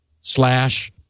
slash